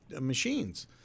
machines